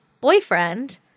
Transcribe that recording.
boyfriend